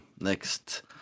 next